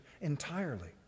entirely